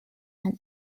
and